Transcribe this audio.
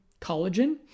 collagen